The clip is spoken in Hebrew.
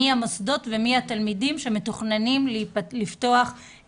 מי המוסדות ומי התלמידים שמתוכננים להיות בתוכנית.